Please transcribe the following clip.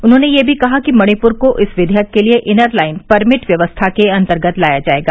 उन्होंने ये भी कहा कि मणिपुर को इस विधेयक के लिए इनर लाइन परमिट व्यवस्था के अंतर्गत लाया जाएगा